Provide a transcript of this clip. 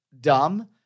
dumb